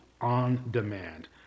on-demand